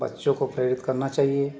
बच्चों को प्रेरित करना चाहिए